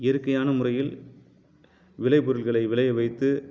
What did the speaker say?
இயற்கையான முறையில் விளைபொருட்களை விளைய வைத்து